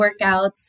workouts